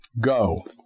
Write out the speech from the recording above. go